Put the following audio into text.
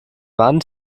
wand